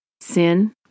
Sin